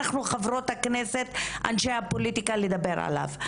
אנחנו חברות הכנסת, אנשי הפוליטיקה, נדבר עליו.